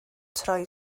troi